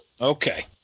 Okay